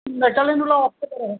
এখানে শুধু